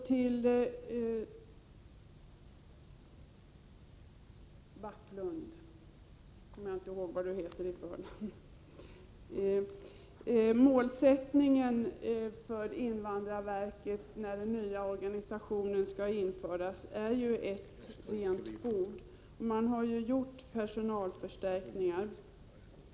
Till Rune Backlund: Målsättningen är att när den nya organisationen för invandrarverket införs skall den börja med ett rent bord, och man har redan gjort personalförstärkningar.